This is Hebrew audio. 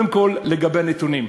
קודם כול, לגבי הנתונים,